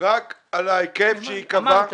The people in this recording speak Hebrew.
רק על ההיקף שייקבע -- אמרת.